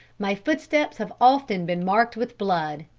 my footsteps have often been marked with blood.